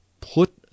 put